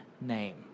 name